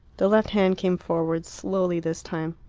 the left hand came forward, slowly this time.